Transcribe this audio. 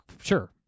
sure